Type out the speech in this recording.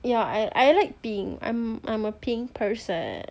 yeah I I like pink I'm I'm a pink person